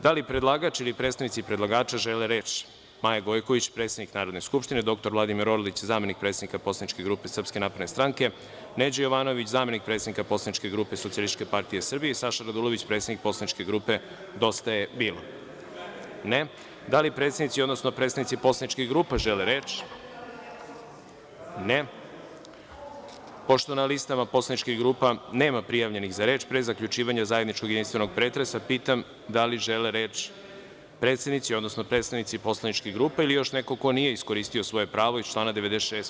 Da li predlagač ili predstavnici predlagača žele reč, Maja Gojković, predsednik Narodne skupštine, dr Vladimir Orlić, zamenik predsednika poslaničke grupe SNS, Neđo Jovanović, zamenik predsednika poslaničke grupe SPS, i Saša Radulović, predsednik poslaničke grupe Dosta je bilo? (Ne) Da li predsednici, odnosno predstavnici poslaničkih grupa žele reč? (Ne) Pošto na listama poslaničkih grupa nema prijavljenih za reč, pre zaključivanja zajedničkog jedinstvenog pretresa, pitam da li žele reč predsednici, odnosno predstavnici poslaničkih grupa ili još neko ko nije iskoristio svoje pravo iz člana 96.